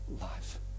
life